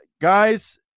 guys